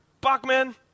Bachman